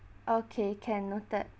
okay can noted